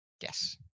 Yes